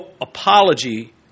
apology